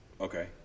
Okay